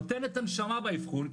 נותן את הנשמה באבחון,